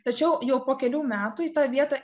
tačiau jau po kelių metų į tą vietą